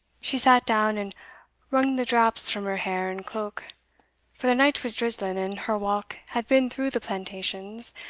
she sat down, and wrung the draps from her hair and cloak for the night was drizzling, and her walk had been through the plantations,